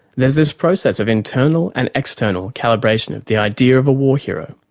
there's this process of internal and external calibration of the idea of a war hero.